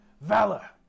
valor